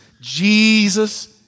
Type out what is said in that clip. Jesus